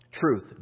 truth